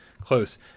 close